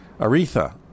Aretha